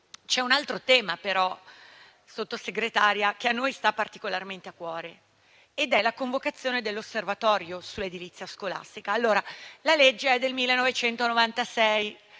C'è un altro tema, signora Sottosegretaria, che a noi sta particolarmente a cuore. È la convocazione dell'Osservatorio sull'edilizia scolastica. La legge relativa è del 1996;